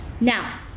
Now